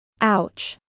Ouch